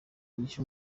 yise